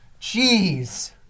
Jeez